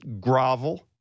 grovel